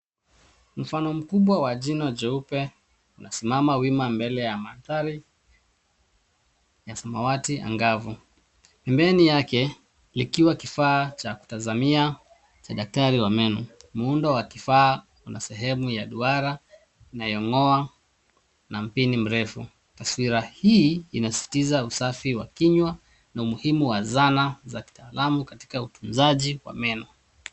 Mfano mkubwa wa jino jeupe limesimama wima mbele ya mandhari ya samawati angavu. Pembeni yake likiwa kifaa cha kutazamia cha daktari wa meno. Muundo wa kifaa una sehemu ya duara inayong'oa na mpini mrefu. Taswira hii inasisitiza usafi wa kinywa na umuhimu wa zana za kitaalamu katika utunzaji wa meno.